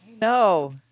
no